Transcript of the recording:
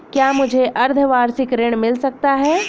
क्या मुझे अर्धवार्षिक ऋण मिल सकता है?